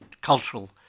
cultural